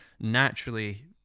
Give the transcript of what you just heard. naturally